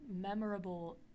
memorable